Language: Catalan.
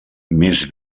més